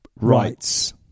rights